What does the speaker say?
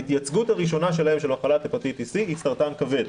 כלומר ההתייצגות הראשונה שלהם של מחלת הפטיטיס סי היא סרטן כבד,